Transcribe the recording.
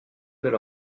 belle